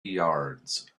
yards